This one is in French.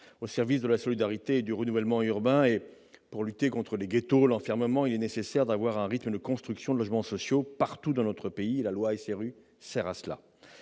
au service de la solidarité et du renouvellement urbain. Pour lutter contre les ghettos, l'enfermement, il est nécessaire d'avoir un rythme de construction de logements sociaux partout dans notre pays. La loi SRU sert à cela.